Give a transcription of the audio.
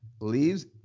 leaves